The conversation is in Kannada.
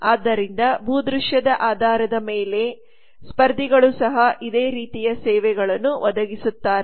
ಆದ್ದರಿಂದ ಭೂದೃಶ್ಯದ ಆಧಾರದ ಮೇಲೆ ಸ್ಪರ್ಧಿಗಳು ಸಹ ಇದೇ ರೀತಿಯ ಸೇವೆಗಳನ್ನು ಒದಗಿಸುತ್ತಿದ್ದಾರೆ